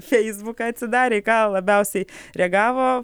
feisbuką atsidarę į ką labiausiai reagavo